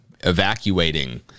evacuating